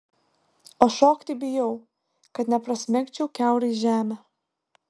o šokti bijau kad neprasmegčiau kiaurai žemę